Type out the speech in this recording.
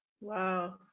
Wow